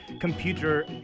computer